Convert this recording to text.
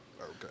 Okay